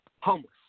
homeless